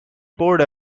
poured